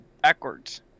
backwards